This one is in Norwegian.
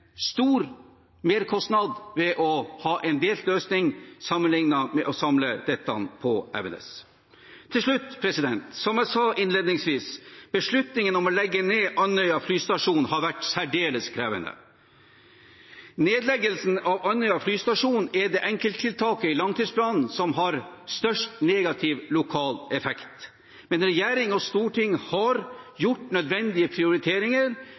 stor merkostnad ved å ha en delt løsning sammenlignet med å samle dette på Evenes. Til slutt: Som jeg sa innledningsvis, har beslutningen om å legge ned Andøya flystasjon vært særdeles krevende. Nedleggelsen av Andøya flystasjon er det enkelttiltaket i langtidsplanen som har størst negativ lokal effekt. Men regjering og storting har gjort nødvendige prioriteringer